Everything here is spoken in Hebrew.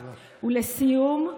ולסיום,